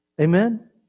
Amen